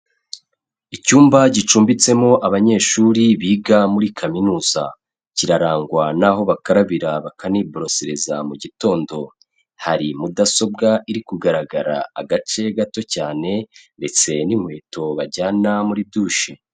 Icyumba gicumbitsemo abanyeshuri biga muri kaminuza, kirarangwa n'aho bakarabira bakaniborosereza mu gitondo, hari mudasobwa iri kugaragara agace gato cyane ndetse n'inkweto bajyana muri dushe.